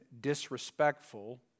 disrespectful